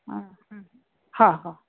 हा हा हा